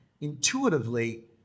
intuitively